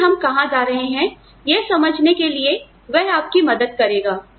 लेकिन हम कहां जा रहे हैं यह समझने के लिए वह आपकी मदद करेगा